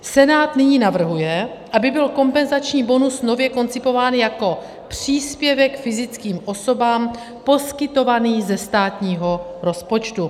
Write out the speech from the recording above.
Senát nyní navrhuje, aby byl kompenzační bonus nově koncipován jako příspěvek fyzickým osobám poskytovaný ze státního rozpočtu.